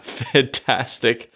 fantastic